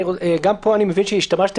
גם פה אני מבין שהשתמשתם,